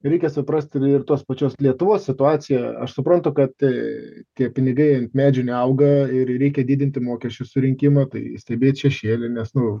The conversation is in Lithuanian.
reikia suprasti ir tos pačios lietuvos situaciją aš suprantu kad tai tie pinigai ant medžių neauga ir reikia didinti mokesčių surinkimą tai stebėt šešėlį nes nu